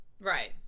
right